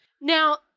Now